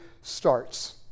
starts